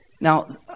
Now